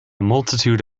multitude